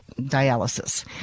Dialysis